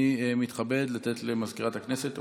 אני מתכבד לתת למזכירת הכנסת הודעה.